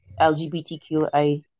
LGBTQI